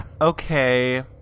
Okay